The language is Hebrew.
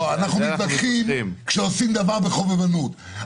אנחנו מתווכחים כשעושים דבר בחובבנות.